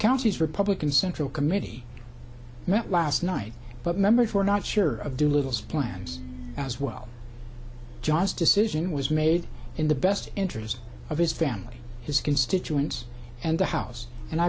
county's republican central committee met last night but members were not sure of doolittle's plans as well john's decision was made in the best interest of his family his constituents and the house and i